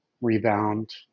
rebound